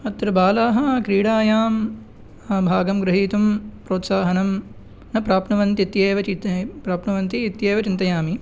अत्र बालाः क्रीडायां भागं ग्रहीतुं प्रोत्साहनं न प्राप्नुवन्ति इत्येव चेत् प्राप्नुवन्ति इत्येव चिन्तयामि